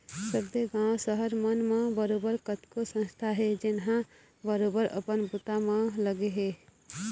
सब्बे गाँव, सहर मन म बरोबर कतको संस्था हे जेनहा बरोबर अपन बूता म लगे हे